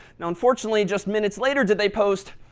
now unfortunately, just minutes later did they post,